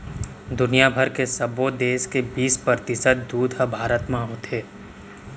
दुनिया भर के सबो देस के बीस परतिसत दूद ह भारत म होथे